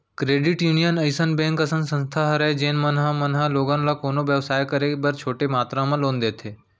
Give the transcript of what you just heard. credit union अइसन bank असन संस्था हरय जेन मन ह मन ह लोगन ल कोनो बेवसाय करे बर छोटे मातरा म लोन देथे